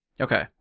Okay